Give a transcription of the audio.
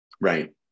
right